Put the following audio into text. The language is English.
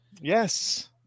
Yes